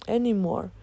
anymore